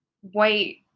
white